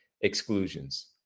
exclusions